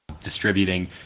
distributing